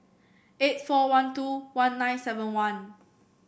eight four one two one nine seven one